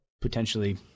potentially